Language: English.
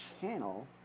Channel